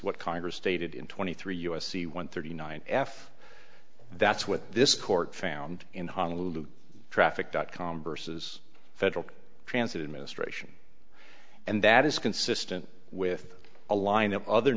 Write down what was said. what congress stated in twenty three u s c one thirty nine f that's what this court found in honolulu traffic dot com versus federal transit administration and that is consistent with a line of other